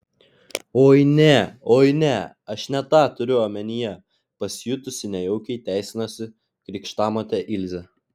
oi ne oi ne aš ne tą turiu omenyje pasijutusi nejaukiai teisinosi krikštamotė ilzė